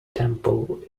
temple